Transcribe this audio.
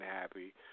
happy